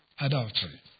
adultery